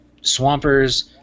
Swampers